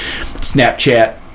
Snapchat